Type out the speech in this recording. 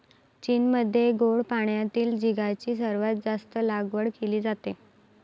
चीनमध्ये गोड पाण्यातील झिगाची सर्वात जास्त लागवड केली जाते